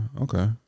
Okay